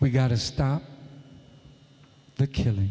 we gotta stop the kill